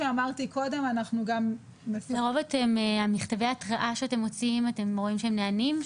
אתם רואים שמכתבי ההתראה שאתם מוציאים נענים,